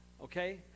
okay